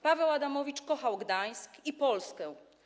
Paweł Adamowicz kochał Gdańsk i Polskę.